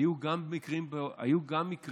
היו גם מקרים בעבר,